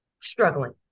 struggling